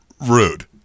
Rude